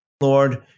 lord